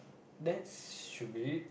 that should be it